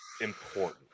important